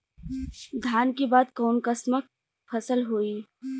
धान के बाद कऊन कसमक फसल होई?